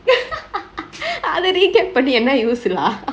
அது:athu recap பன்னி என்னா:panni enna use lah